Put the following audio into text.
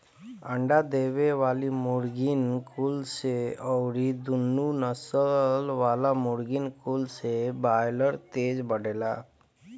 अंडा देवे वाली मुर्गीन कुल से अउरी दुनु नसल वाला मुर्गिन कुल से बायलर तेज बढ़ेला